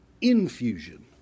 infusion